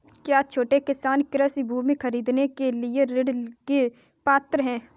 क्या छोटे किसान कृषि भूमि खरीदने के लिए ऋण के पात्र हैं?